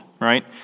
right